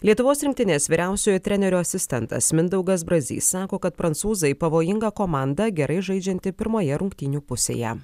lietuvos rinktinės vyriausiojo trenerio asistentas mindaugas brazys sako kad prancūzai pavojinga komanda gerai žaidžianti pirmoje rungtynių pusėje